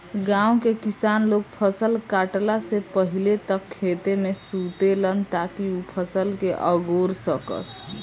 गाँव के किसान लोग फसल काटला से पहिले तक खेते में सुतेलन ताकि उ फसल के अगोर सकस